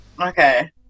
Okay